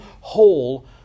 whole